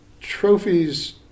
Trophies